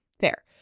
Fair